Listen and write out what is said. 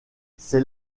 c’est